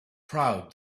proud